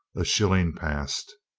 a shilling passed,